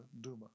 Duma